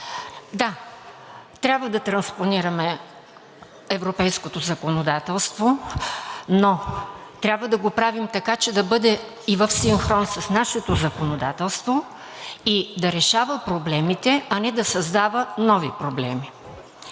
Да, трябва да транспонираме европейското законодателство, но трябва да го правим така, че да бъде и в синхрон с нашето законодателство, и да решава проблемите, а не да създава нови проблеми.